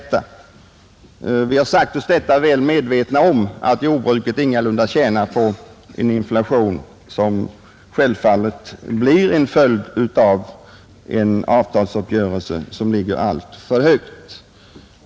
Vi har sagt oss detta väl medvetna om att jordbruket ingalunda tjänar på den inflation som självfallet blir en följd av en avtalsuppgörelse som ligger alltför högt.